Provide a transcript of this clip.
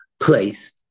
Place